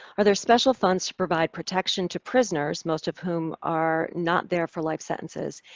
are there special funds to provide protection to prisoners, most of whom are not there for life sentences,